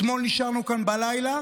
אתמול נשארנו כאן בלילה